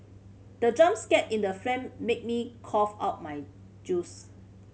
the jump scare in the made me cough out my juice